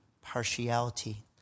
partiality